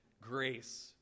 grace